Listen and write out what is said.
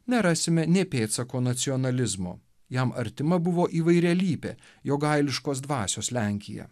nerasime nė pėdsako nacionalizmo jam artima buvo įvairialypė jogailiškos dvasios lenkija